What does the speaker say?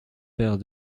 pères